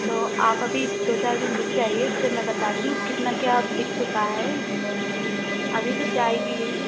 तो आप अभी दो चार दिन रुक जाइए फिर मैं बताती हूँ कितना क्या बिक चुका है अभी तो जाएगी यह